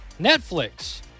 Netflix